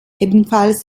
ebenfalls